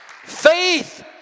Faith